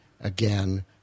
again